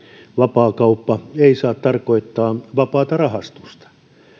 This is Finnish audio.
vapaakauppa ei saa tarkoittaa vapaata rahastusta mutta